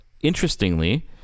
interestingly